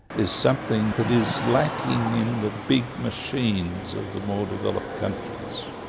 is something that is lacking in the big machines of the more developed countries,